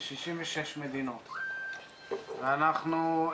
ב-66 מדינות ואנחנו,